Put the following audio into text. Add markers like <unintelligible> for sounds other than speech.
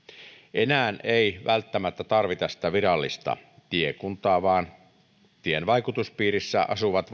enää ei välttämättä tarvita virallista tiekuntaa vaan tien vaikutuspiirissä asuvat <unintelligible>